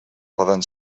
poden